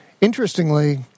Interestingly